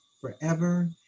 forever